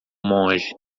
monge